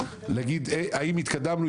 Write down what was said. האם התקדמנו,